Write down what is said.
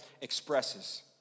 expresses